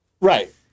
Right